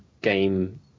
game